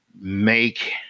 make